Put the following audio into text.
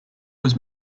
was